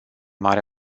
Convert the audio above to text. mare